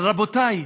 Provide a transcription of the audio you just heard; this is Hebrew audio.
אבל רבותיי,